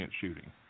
shooting